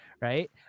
Right